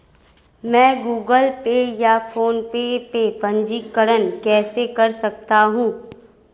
मैं Google Pay या PhonePe में पंजीकरण कैसे कर सकता हूँ?